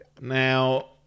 Now